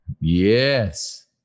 Yes